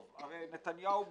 הרי נתניהו מתגאה,